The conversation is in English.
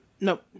Nope